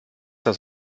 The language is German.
das